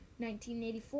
1984